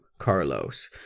Carlos